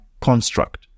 construct